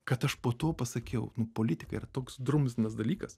kad aš po to pasakiau politika yra toks drumzlinas dalykas